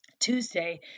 Tuesday